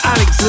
Alex